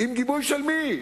עם גיבוי של מי?